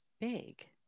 big